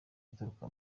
ituruka